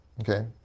Okay